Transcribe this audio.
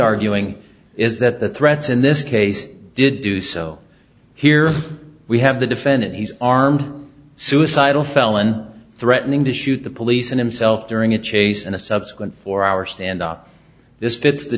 arguing is that the threats in this case did do so here we have the defendant he's armed suicidal felon threatening to shoot the police and himself during a chase and a subsequent four hour stand up this fits the